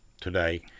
today